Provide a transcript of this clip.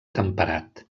temperat